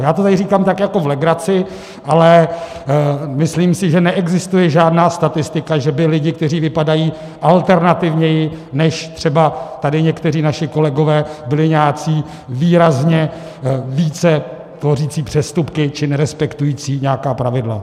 Já to tady říkám tak jako v legraci, ale myslím si, že neexistuje žádná statistika, že by lidi, kteří vypadají alternativněji než třeba tady někteří kolegové, byli nějací výrazně více tvořící přestupky či nerespektující nějaká pravidla.